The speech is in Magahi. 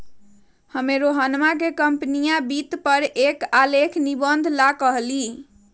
हम्मे रोहनवा के कंपनीया वित्त पर एक आलेख निबंध ला कहली